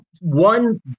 one